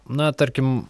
na tarkim